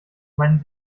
meinen